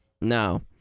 no